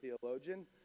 theologian